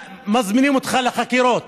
מזמינים אותך לחקירות.